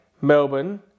Melbourne